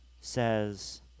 says